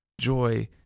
joy